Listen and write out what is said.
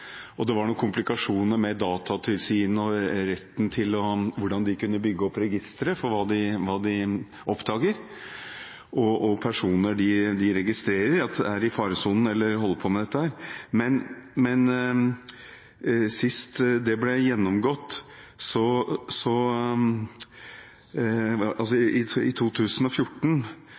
og sist jeg satte meg inn i det, var det 367 treningssentre som var med på denne Rent senter-ordningen. Det var noen komplikasjoner med Datatilsynet og hvordan de kunne bygge opp registre over hva de oppdager og personer som de registrerer er i faresonen eller holder på med dette. Men sist det ble gjennomgått, i 2014,